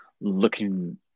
looking